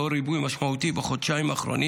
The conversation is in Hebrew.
לאור ריבוי משמעותי בחודשיים האחרונים